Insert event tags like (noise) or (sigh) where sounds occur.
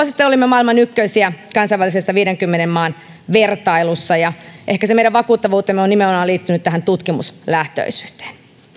(unintelligible) sitten olimme maailman ykkösiä kansainvälisessä viidenkymmenen maan vertailussa ja ehkä se meidän vakuuttavuutemme on nimenomaan liittynyt tähän tutkimuslähtöisyyteen